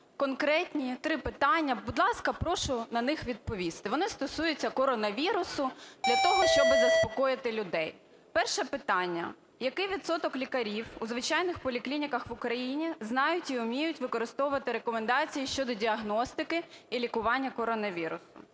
конкретні три питання, будь ласка, прошу на них відповісти, вони стосуються коронавірусу, для того, щоб заспокоїти людей. Перше питання. Який відсоток лікарів у звичайних поліклініках в Україні знають і вміють використовувати рекомендації щодо діагностики і лікування коронавірусу?